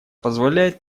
позволяет